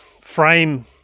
frame